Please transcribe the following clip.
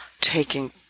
taking